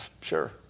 Sure